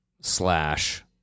slash